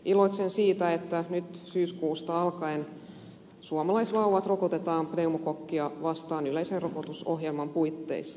iloitsen siitä että nyt syyskuusta alkaen suomalaisvauvat rokotetaan pneumokokkia vastaan yleisen rokotusohjelman puitteissa